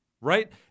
right